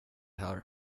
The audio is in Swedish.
här